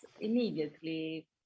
immediately